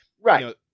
Right